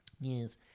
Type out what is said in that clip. Yes